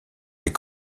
les